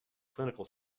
clinical